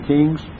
Kings